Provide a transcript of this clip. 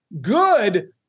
good